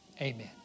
amen